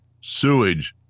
sewage